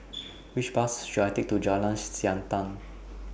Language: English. Which Bus should I Take to Jalan Siantan